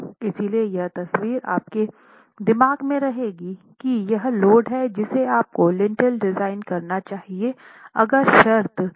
इसलिए यह तस्वीर आपके दिमाग में रहेगी कि यह लोड है जिसे आपको लिंटेल डिज़ाइन करना चाहिए अगर शर्त परमिशन देती है